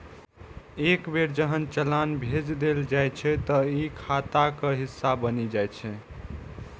एक बेर जहन चालान भेज देल जाइ छै, ते ई खाताक हिस्सा बनि जाइ छै